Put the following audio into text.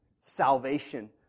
salvation